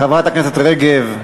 חברת הכנסת רגב.